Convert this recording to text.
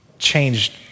changed